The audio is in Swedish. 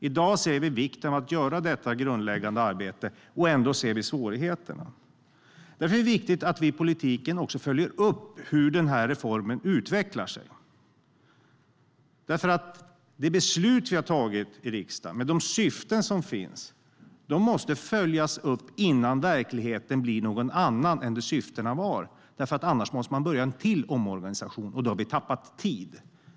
I dag ser vi vikten av att göra detta grundläggande arbete. Ändå finns svårigheter. Därför är det viktigt att vi politiker också följer upp hur reformen utvecklar sig. Det beslut som riksdagen har fattat måste följas upp innan verkligheten blir någon annan än den syftena riktade sig mot. Annars måste ännu en omorganisation göras, och då har vi tappat tid.